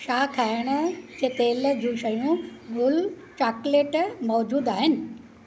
छा खाइण जी तेल जूं शयूं ग़ुल चाकलेट मौज़ूद आहिनि